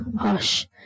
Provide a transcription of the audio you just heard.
hush